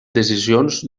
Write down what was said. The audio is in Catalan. decisions